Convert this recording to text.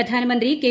പ്രധാനമന്ത്രി കെ